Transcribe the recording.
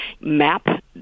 map